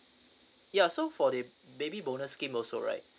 ya so for the baby bonus scheme also right